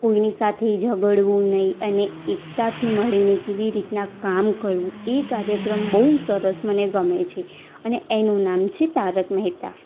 કોઈની સાથે ઝગડવું નહીં અને એકતાથી મળીને કેવી રીતના કામ કરવું એ કાર્યક્રમ બહુ સરસ મને ગમે છે અને એનું નામ છે તારક મહેતા